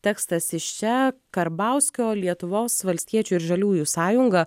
tekstas iš čia karbauskio lietuvos valstiečių ir žaliųjų sąjunga